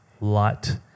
light